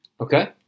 Okay